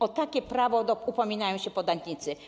O takie prawo upominają się podatnicy.